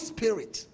Spirit